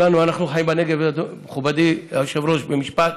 אנחנו חיים בנגב, מכובדי היושב-ראש, במשפט,